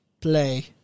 Play